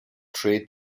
trade